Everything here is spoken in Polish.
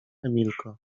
emilko